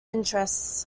interests